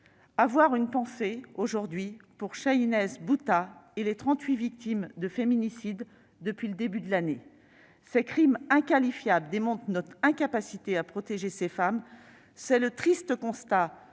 ayons une pensée pour Chahinez Boutaa et les trente-huit victimes de féminicides depuis le début de l'année. Ces crimes inqualifiables démontrent notre incapacité à protéger ces femmes. C'est le triste constat